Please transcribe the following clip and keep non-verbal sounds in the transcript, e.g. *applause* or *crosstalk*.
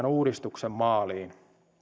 *unintelligible* uudistuksen maaliin